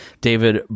David